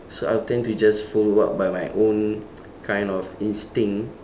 so I'll tend to just follow up by my own kind of instinct